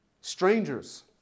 strangers